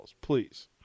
please